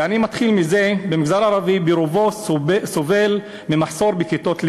אני מתחיל מזה שהמגזר הערבי ברובו סובל ממחסור בכיתות לימוד,